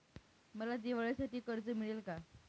मला दिवाळीसाठी कर्ज मिळेल का?